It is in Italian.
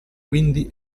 quindi